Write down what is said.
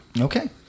Okay